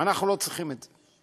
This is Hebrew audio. אנחנו לא צריכים את זה,